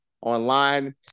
online